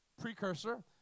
precursor